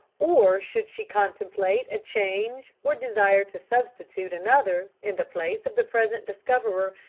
or should she contemplate a change or desire to substitute another in the place of the present discoverer,